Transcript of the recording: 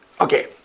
okay